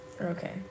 Okay